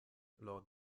lors